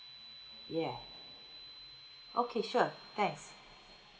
yeah okay sure thanks